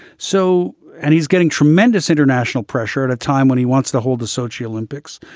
so and he's getting tremendous international pressure at a time when he wants to hold the sochi olympics.